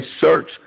search